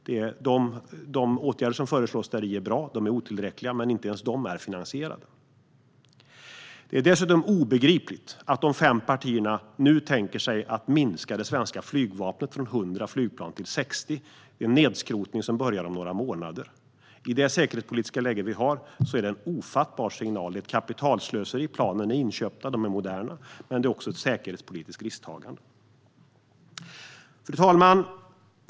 De åtgärder som föreslås däri är bra. De är otillräckliga, men inte ens de är finansierade. Det är dessutom obegripligt att de fem partierna nu tänker sig att minska det svenska flygvapnet från 100 flygplan till 60 med en nedskrotning som börjar om några månader. I det säkerhetspolitiska läge vi har är detta en ofattbar signal. Det är kapitalslöseri - planen är inköpta och moderna - men det är också ett säkerhetspolitiskt risktagande. Fru talman!